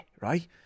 right